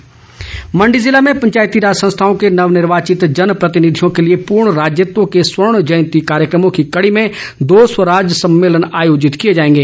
स्वराज सम्मेलन मंडी जिले में पंचायती राज संस्थाओं के नव निर्वाचित जन प्रतिनिधियों के लिए पूर्ण राज्यत्व के स्वर्ण जयंती कार्यक्रमो की कड़ी में दो स्वराज सम्मेलन आयोजित किए जाएंगे